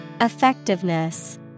Effectiveness